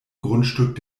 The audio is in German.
grundstück